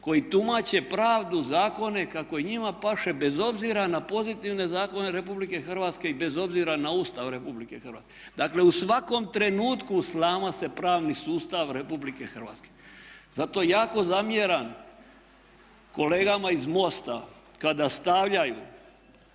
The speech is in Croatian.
koji tumače pravdu, zakone kako njima paše bez obzira na pozitivne zakone Republike Hrvatske i bez obzira na Ustav Republike Hrvatske. Dakle, u svakom trenutku slama se pravni sustav Republike Hrvatske. Zato jako zamjeram kolegama iz MOST-a kada stavljaju